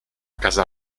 casa